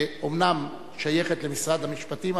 שאומנם שייכת למשרד המשפטים,